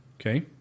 Okay